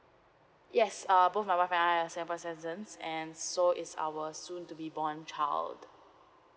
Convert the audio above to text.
yes uh both my wife and I are singapore citizen and so is our soon to be born child